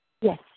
Yes